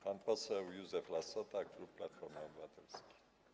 Pan poseł Józef Lassota, klub Platforma Obywatelska.